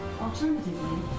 alternatively